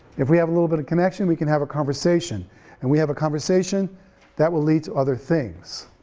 if we have a little bit of a connection, we can have a conversation and we have a conversation that will lead to other things,